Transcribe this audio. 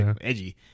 edgy